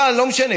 אבל לא משנה,